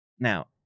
Now